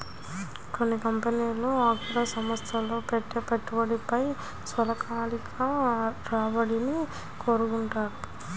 కొన్ని కంపెనీలు అంకుర సంస్థల్లో పెట్టే పెట్టుబడిపై స్వల్పకాలిక రాబడిని కోరుకుంటాయి